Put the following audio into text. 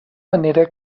manera